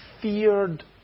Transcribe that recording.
feared